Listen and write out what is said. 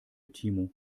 timo